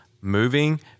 moving